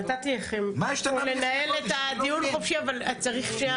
נתתי פה לנהל את הדיון חופשי, אבל צריך שנייה.